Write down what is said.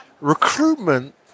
recruitment